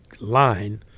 line